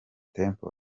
temple